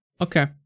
Okay